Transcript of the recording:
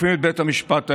תוקפים את בית המשפט העליון.